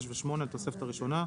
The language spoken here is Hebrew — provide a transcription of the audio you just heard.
6 ו-8 לתוספת הראשונה"